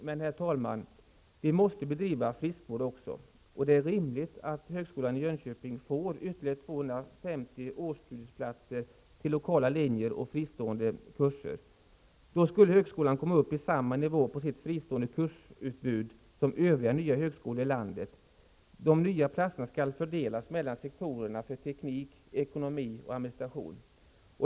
Men vi måste, herr talman, även bedriva friskvård, och det är rimligt att högskolan i Jönköping får ytterligare 250 årsstudieplatser till lokala linjer och fristående kurser. Då skulle högskolan komma upp i samma nivå i fråga om sitt utbud av fristående kurser som övriga nya högskolor i landet. De nya platserna skall fördelas mellan sektorerna för teknik, ekonomi och administration.